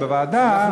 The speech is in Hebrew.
ובוועדה,